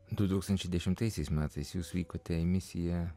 du tūkstančiai dešimtaisiais metais jūs vykote misija